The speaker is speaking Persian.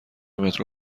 مترو